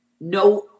No